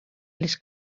les